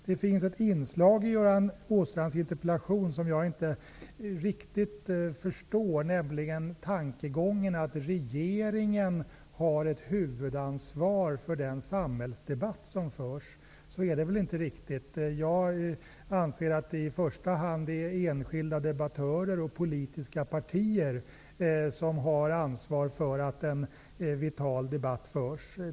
Det finns ett inslag i Göran Åstrands interpellation som jag inte riktig förstår, nämligen tankegången att regeringen har ett huvudansvar för den samhällsdebatt som förs. Så är det väl inte riktigt. Jag anser att det i första hand är enskilda debattörer och politiska partier som har ansvar för att en vital debatt förs.